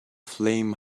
flame